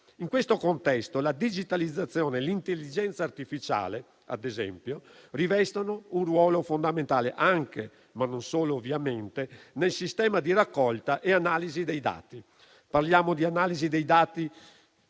In questo contesto la digitalizzazione e l'intelligenza artificiale, ad esempio, rivestono un ruolo fondamentale anche, ma non solo, nel sistema di raccolta e analisi dei dati. Il dato oggi